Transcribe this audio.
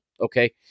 Okay